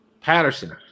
Patterson